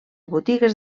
botigues